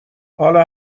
حالا